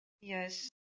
yes